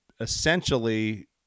essentially